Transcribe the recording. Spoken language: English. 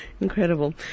Incredible